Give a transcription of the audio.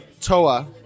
Toa